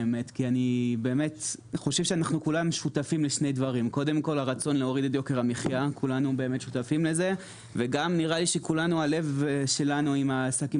כולנו שותפים לרצון להורדת יוקר המחייה וגם לב כולנו עם העסקים